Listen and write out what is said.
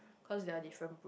cause they are different